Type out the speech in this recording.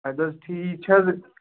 اَدٕ حظ ٹھیٖک چھِ حظ